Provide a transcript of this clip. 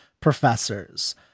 professors